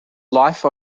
life